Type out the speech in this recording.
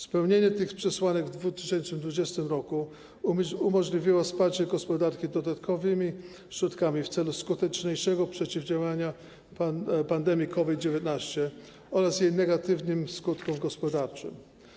Spełnienie tych przesłanek w 2020 r. umożliwiło wsparcie gospodarki dodatkowymi środkami w celu skuteczniejszego przeciwdziałania pandemii COVID-19 oraz jej negatywnym skutkom gospodarczym.